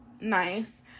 nice